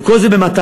וכל זה במטרה: